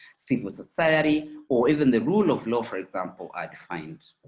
civil society or even the rule of law for example, are defined.